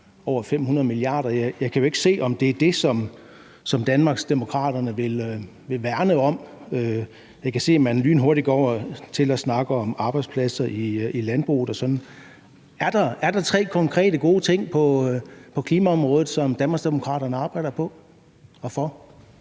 over 500 mia. kr., og jeg kan jo ikke se, om det er det, som Danmarksdemokraterne vil værne om. Jeg kan se, at man lynhurtigt går over til at snakke om arbejdspladser i landbruget osv. Er der tre konkrete gode ting på klimaområdet, som Danmarksdemokraterne arbejder på og for?